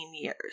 years